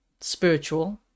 spiritual